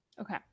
Okay